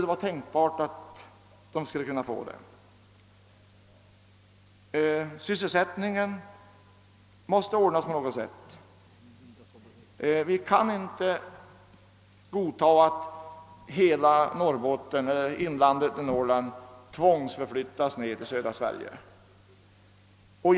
Vi måste på något sätt upprätthålla sysselsättningen i Norrbotten och i Norrlands inland över huvud taget. Vi kan inte godta att hela befolkningen i dessa trakter tvångsförflyttas ner till södra delen av Sverige.